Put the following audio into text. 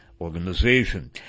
organization